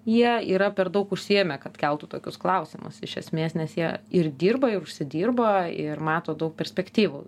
jie yra per daug užsiėmę kad keltų tokius klausimus iš esmės nes jie ir dirba ir užsidirba ir mato daug perspektyvų